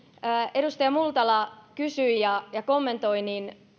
edustaja multala kysyi ja ja kommentoi